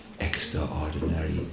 extraordinary